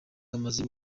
hamaze